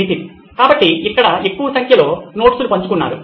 నితిన్ కాబట్టి ఇక్కడ ఎక్కువ సంఖ్యలో నోట్స్ పంచుకున్నారు